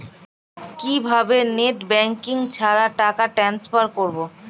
কিভাবে net banking ছাড়া টাকা টান্সফার করব?